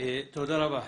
תודה רבה.